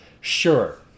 Sure